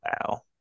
Wow